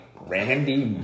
Randy